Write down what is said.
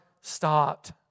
stopped